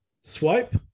swipe